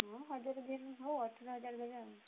ହଁ ହଜାରେ ଦୁଇ ହଜାରେ ହଉ ଅଠର ହଜର୍ ଦେବେ ଆଉ